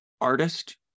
artist